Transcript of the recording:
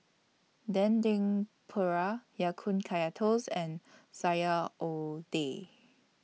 Dendeng Paru Ya Kun Kaya Toast and Sayur